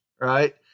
right